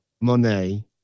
Monet